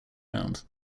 round